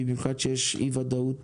במיוחד כשיש אי ודאות